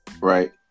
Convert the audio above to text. Right